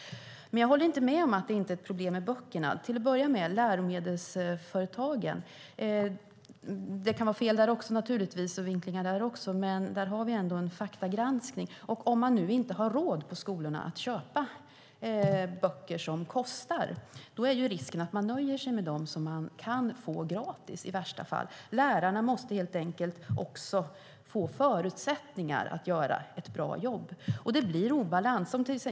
Men jag håller inte med om att det inte är ett problem med böckerna. Det kan naturligtvis bli fel och vinklingar även hos läromedelsföretagen, men där finns det ändå en faktagranskning. Om skolorna inte har råd att köpa böcker som kostar är risken att man i värsta fall nöjer sig med dem som man kan få gratis. Lärarna måste helt enkelt få förutsättningar att göra ett bra jobb. Det blir en obalans.